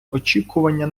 очікування